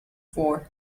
for